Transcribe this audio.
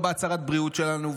לא בהצהרת הבריאות שלו,